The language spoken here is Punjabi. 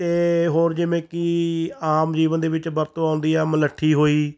ਅਤੇ ਹੁਣ ਜਿਵੇਂ ਕਿ ਆਮ ਜੀਵਨ ਦੇ ਵਿੱਚ ਵਰਤੋਂ ਆਉਂਦੀ ਆ ਮਲੱਠੀ ਹੋਈ